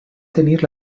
tenir